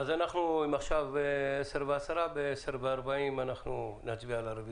עכשיו 10:10. ב-10:40 נצביע על הרביזיה.